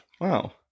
Wow